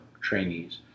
trainees